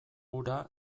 hura